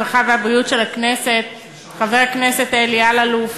הרווחה והבריאות של הכנסת חבר הכנסת אלי אלאלוף